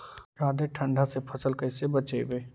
जादे ठंडा से फसल कैसे बचइबै?